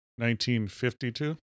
1952